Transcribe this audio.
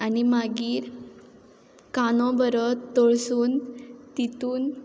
आनी मागीर कांदो बरो तळसून तितून